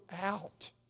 out